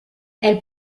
elle